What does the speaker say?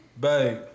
babe